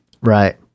Right